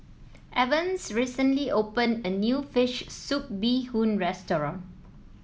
Evans recently opened a new fish soup Bee Hoon restaurant